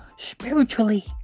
Spiritually